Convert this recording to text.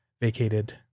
vacated